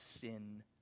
sin